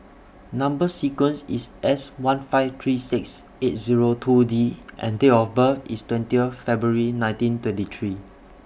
Number sequence IS S one five three six eight Zero two D and Date of birth IS twenty Year February nineteen twenty three